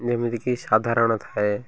ଯେମିତିକି ସାଧାରଣ ଥାଏ